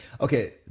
Okay